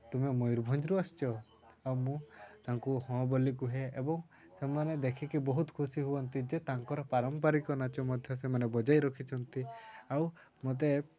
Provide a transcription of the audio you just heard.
ତୁମେ ମୟୂରଭଞ୍ଜରୁ ଆସିଛ ଆଉ ମୁଁ ତାଙ୍କୁ ହଁ ବୋଲି କୁହେ ଏବଂ ସେମାନେ ଦେଖିକି ବହୁତ ଖୁସି ହୁଅନ୍ତି ଯେ ତାଙ୍କର ପାରମ୍ପରିକ ନାଚ ମଧ୍ୟ ସେମାନେ ବଜାୟ ରଖିଛନ୍ତି ଆଉ ମୋ ତେ